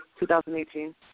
2018